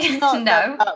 No